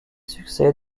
succès